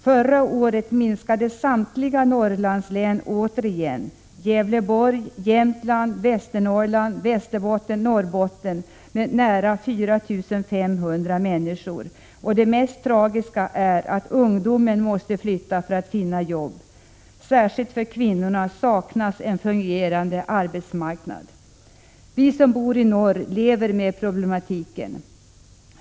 Förra året minskade samtliga Norrlandslän återigen, Gävleborgs, Jämtlands, Västernorrlands, Västerbottens och Norrbottens län med nära 4 500 människor. Och det mest tragiska är att ungdomen måste flytta för att finna jobb. Särskilt för kvinnorna saknas en fungerande arbetsmarknad. Vi som bor i norr lever med problematiken.